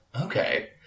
Okay